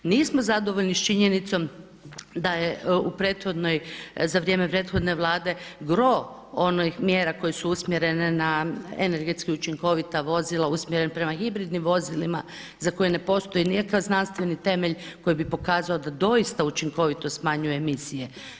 Nismo zadovoljni s činjenicom da je za vrijeme prethodne Vlade gro onih mjera koje su usmjerene na energetski učinkovita vozila, usmjerene prema hibridnim vozilima za koje ne postoji nikakav znanstveni temelj koji bi pokazao da doista učinkovito smanjuje emisije.